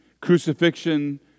Crucifixion